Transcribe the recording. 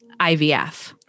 IVF